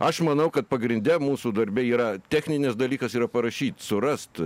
aš manau kad pagrinde mūsų darbe yra techninis dalykas yra parašyt surast